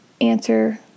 answer